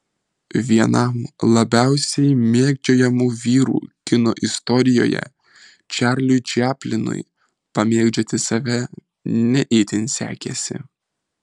vienam labiausiai mėgdžiojamų vyrų kino istorijoje čarliui čaplinui pamėgdžioti save ne itin sekėsi